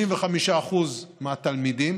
85% מהתלמידים